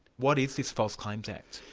what is this false claims act?